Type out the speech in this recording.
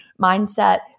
mindset